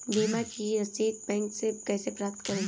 बीमा की रसीद बैंक से कैसे प्राप्त करें?